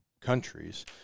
countries